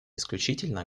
исключительно